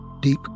Deep